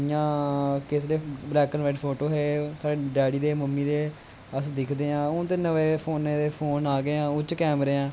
कियां किस दे बलैक ऐंड़ बाईट फोटो हे साढ़ी डेड़ी दे मम्मी दे अस दिखदे ऐं हून ते नमें फोन आ गे ऐं ओह्दै च कैमरे ऐं